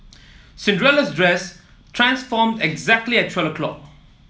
Cinderella's dress transformed exactly at twelve o'clock